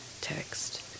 text